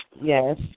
yes